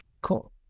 cool